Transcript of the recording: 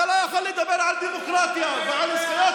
אתה לא יכול לדבר על דמוקרטיה ועל זכויות